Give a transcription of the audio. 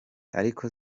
ariko